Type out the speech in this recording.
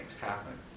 happen